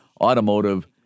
Automotive